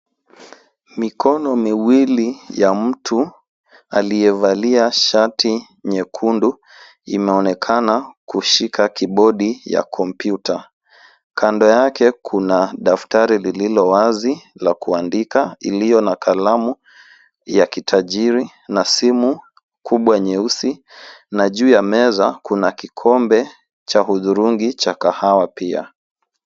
Mikono miwili ya mtu aliyevalia shati nyekundu inaonekana kushika kibodi ya kompyuta. Kando yake kuna daftari lililo wazi la kuandika iliyo na kalamu ya kitajiri na simu nyeusi na juu ya meza kuna kikombe cha hudhurungi cha kahawa pia.